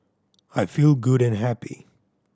I feel good and happy